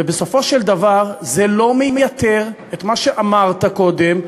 ובסופו של דבר זה לא מייתר את מה שאמרת קודם.